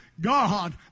God